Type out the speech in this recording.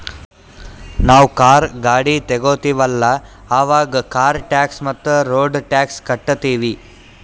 ನಾವ್ ಕಾರ್, ಗಾಡಿ ತೊಗೋತೀವಲ್ಲ, ಅವಾಗ್ ಕಾರ್ ಟ್ಯಾಕ್ಸ್ ಮತ್ತ ರೋಡ್ ಟ್ಯಾಕ್ಸ್ ಕಟ್ಟತೀವಿ